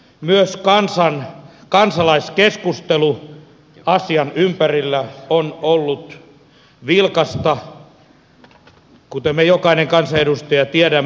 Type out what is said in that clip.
myös kansalaiskeskustelu asian ympärillä on ollut vilkasta kuten me jokainen kansanedustaja tiedämme